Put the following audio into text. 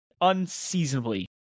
unseasonably